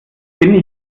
bin